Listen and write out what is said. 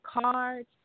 cards